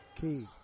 Key